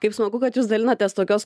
kaip smagu kad jūs dalinatės tokios